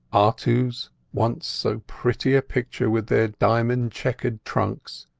artus, once so pretty a picture with their diamond-chequered trunks,